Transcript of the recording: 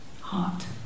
heart